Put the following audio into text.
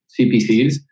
CPCs